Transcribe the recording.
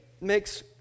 makes